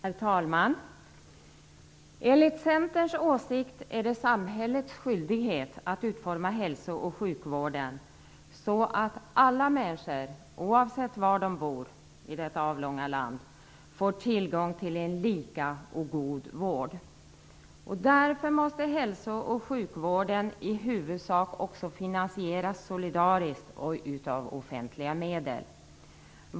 Herr talman! Enligt Centerns åsikt är det samhällets skyldighet att utforma hälso och sjukvården så att alla människor, oavsett var de bor i detta avlånga land, får tillgång till en lika och god vård. Därför måste hälso och sjukvården i huvudsak också finansieras solidariskt och av offentliga medel.